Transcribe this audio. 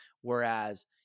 whereas